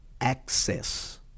access